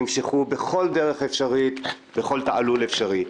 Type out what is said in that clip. בכל דרך אפשרית, בכל תעלול אפשרי.